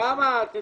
כמה?